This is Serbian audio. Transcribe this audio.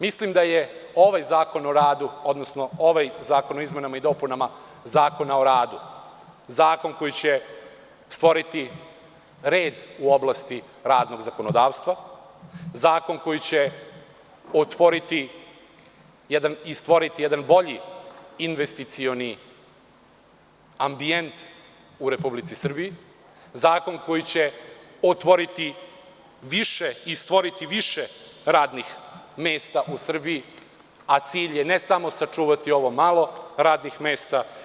Mislim da je ovaj zakon o izmenama i dopunama Zakona o radu, zakon koji će stvoriti red u oblasti radnog zakonodavstva, zakon koji će otvoriti jedan, i stvoriti jedan bolji investicioni ambijent u Republici Srbiji, zakon koji će otvoriti više i stvoriti više radnih mesta u Srbiji, a cilj je, ne samo sačuvati ovo malo radnih mesta.